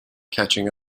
catching